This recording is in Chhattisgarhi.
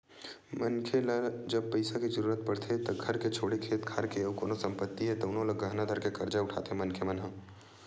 मनखे ल जब पइसा के जरुरत पड़थे त घर के छोड़े खेत खार के अउ कोनो संपत्ति हे तउनो ल गहना धरके करजा उठाथे मनखे मन ह